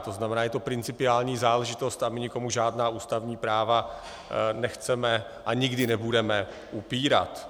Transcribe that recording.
To znamená, je to principiální záležitost a my nikomu žádná ústavní práva nechceme a nikdy nebudeme upírat.